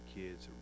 kids